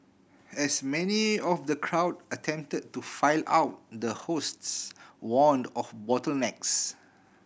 as many of the crowd attempted to file out the hosts warned of bottlenecks